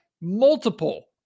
multiple